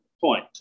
point